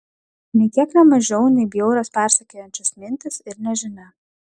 nė kiek ne mažiau nei bjaurios persekiojančios mintys ir nežinia